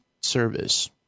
service